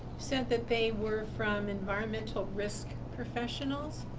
said that they were from environmental risk professionals.